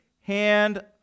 hand